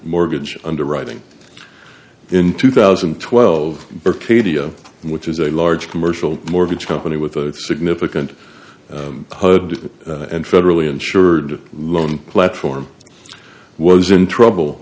mortgage underwriting in two thousand and twelve cadia which is a large commercial mortgage company with a significant hud and federally insured loan platform was in trouble